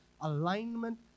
alignment